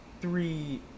three